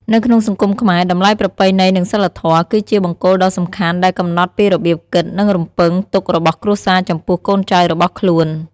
នៅក្នុងសង្គមខ្មែរ តម្លៃប្រពៃណី និងសីលធម៌ គឺជាបង្គោលដ៏សំខាន់ដែលកំណត់ពីរបៀបគិត និងរំពឹងទុករបស់គ្រួសារចំពោះកូនចៅរបស់ខ្លួន។